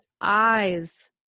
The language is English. eyes